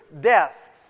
death